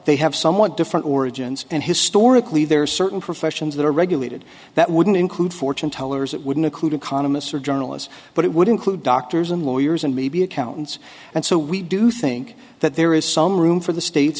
they have somewhat different origins and historically there are certain professions that are regulated that wouldn't include fortune tellers that wouldn't include economists or journalists but it would include doctors and lawyers and maybe accountants and so we do think that there is some room for the states